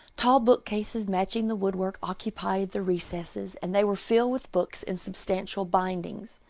tall bookcases matching the woodwork occupied the recesses, and they were filled with books in substantial bindings.